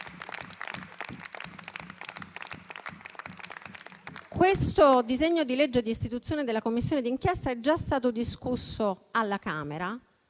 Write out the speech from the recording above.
questo disegno di legge di istituzione della Commissione d'inchiesta, che era già stato discusso alla Camera,